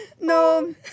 No